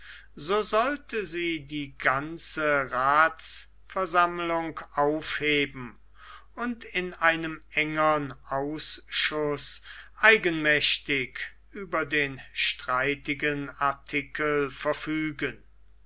so sollte sie die ganze rathsversammlung aufheben und in einem engern ausschuß eigenmächtig über den streitigen artikel verfügen